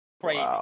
crazy